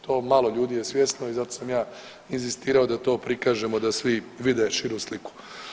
To malo ljudi je svjesno i zato sam ja inzistirao da to prikažemo da svi vide širu sliku.